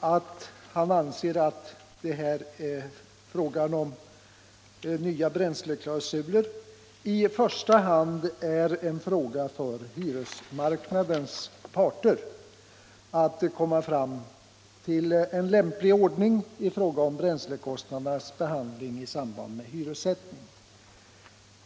att han anser att frågan om nya bränsleklausuler i första hand är en fråga för hyresmarknadens parter. De bör komma fram till en lämplig ordning i fråga om bränslekostnadernas behandling i samband med hyressättningen.